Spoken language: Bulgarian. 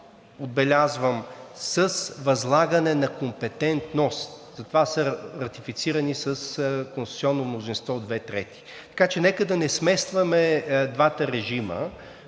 отбелязвам, с възлагане на ком-пе-тент-ност, затова са ратифицирани с конституционно мнозинство от две трети. Така че нека да не смесваме двата режима